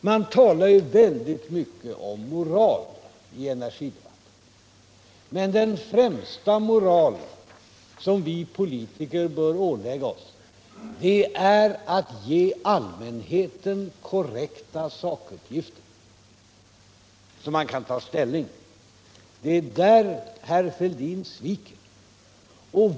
Man talar väldigt mycket om moral i energidebatten, men den främsta moral som vi politiker bör ålägga oss är att ge allmänheten korrekta sakuppgifter, så att den kan ta ställning. Det är i det avseendet herr Fälldin sviker.